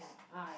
I